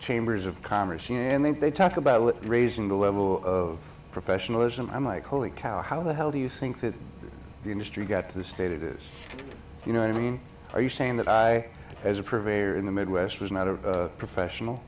chambers of commerce and they talk about raising the level of professionalism i'm like holy cow how the hell do you think that the industry got to the state it is you know i mean are you saying that i as a prevail or in the midwest was not a professional